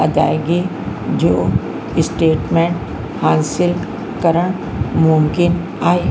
अदाइगी जो स्टेटमेंट हासिल करणु मुमकिनु आहे